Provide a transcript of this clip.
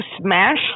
smash